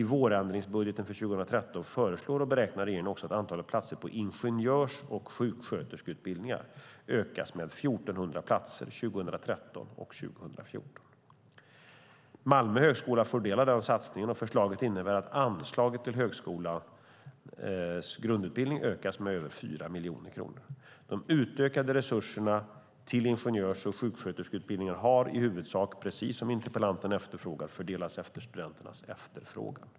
I vårändringsbudgeten för 2013 föreslår och beräknar regeringen också att antalet platser på ingenjörs och sjuksköterskeutbildningar ökas med 1 400 platser 2013 och 2014. Malmö högskola får del av denna satsning, och förslaget innebär att anslaget till högskolans grundutbildning ökas med över 4 miljoner kronor. De utökade resurserna till ingenjörs och sjuksköterskeutbildningarna har i huvudsak, precis som interpellanten efterfrågar, fördelats efter studenternas efterfrågan.